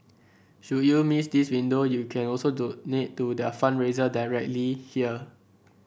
should you miss this window you can also donate to their fundraiser directly here